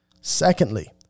Secondly